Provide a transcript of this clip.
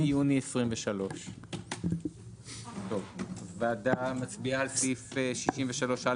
1 ביוני 2023. הוועדה מצביעה על סעיף 63א,